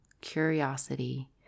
curiosity